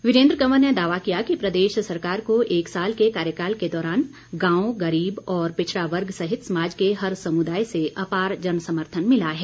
वीरेन्द्र कंवर ने दावा किया कि प्रदेश सरकार को एक साल के कार्यकाल के दौरान गांव गरीब और पिछड़ा वर्ग सहित समाज के हर समुदाय से अपार जन समर्थन मिला है